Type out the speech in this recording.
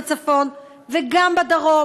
בצפון וגם בדרום.